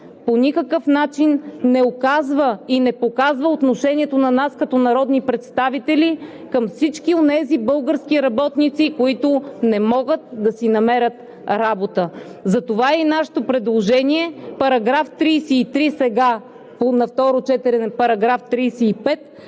по никакъв начин не указва и не показва отношение на нас като народни представители към всички онези български работници, които не могат да си намерят работа. Затова и нашето предложение сега е: § 35 да отпадне. Моля,